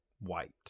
wiped